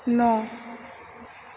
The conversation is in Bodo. न'